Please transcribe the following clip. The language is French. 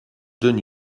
donne